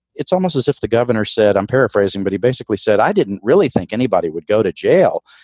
it's almost as if the governor said, i'm paraphrasing. but he basically said i didn't really think anybody would go to jail.